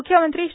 मुख्यमंत्री श्री